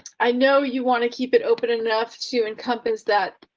i know you want to keep it open enough to encompass that.